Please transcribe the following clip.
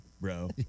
Bro